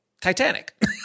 Titanic